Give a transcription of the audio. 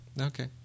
Okay